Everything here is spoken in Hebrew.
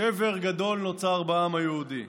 שבר גדול נוצר בעם היהודי,